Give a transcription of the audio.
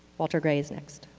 walter gray is next.